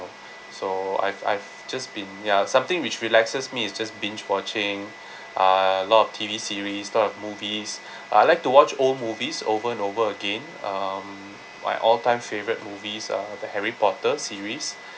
so I've I've just been ya something which relaxes me is just binge watching uh a lot of T_V series a lot of movies I like to watch old movies over and over again um my all-time favourite movies are the harry potter series